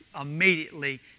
immediately